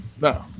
No